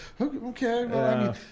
okay